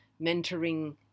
mentoring